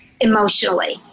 emotionally